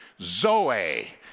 Zoe